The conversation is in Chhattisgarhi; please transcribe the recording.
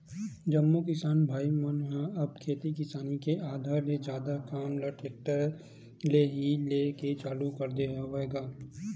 जम्मो किसान भाई मन ह अब खेती किसानी के आधा ले जादा काम ल टेक्टर ले ही लेय के चालू कर दे हवय गा